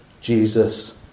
Jesus